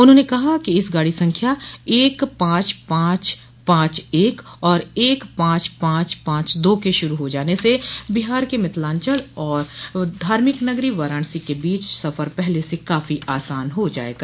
उन्होंने कहा कि इस गाडी संख्या एक पांच पांच पांच एक और एक पांच पांच पांच दो के शुरू हो जाने से बिहार के मिथलान्चल और धार्मिक नगरी वाराणसी के बीच सफर पहले से काफी आसान हो जायेगा